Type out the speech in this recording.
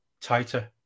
tighter